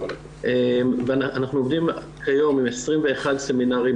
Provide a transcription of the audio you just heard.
ואנחנו עובדים כיום עם 21 סמינרים,